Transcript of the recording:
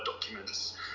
documents